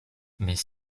mais